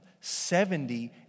Seventy